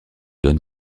don